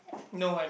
no I don't